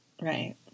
right